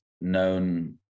known